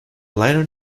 liner